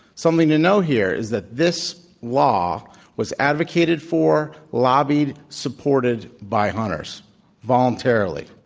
something to know here is that this law was advocated for, lobbied, supported, by hunters voluntarily.